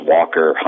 Walker